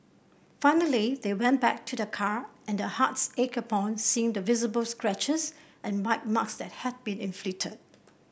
finally they went back to their car and their hearts ached upon seeing the visible scratches and bite that had been inflicted